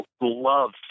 love